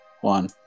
One